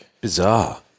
bizarre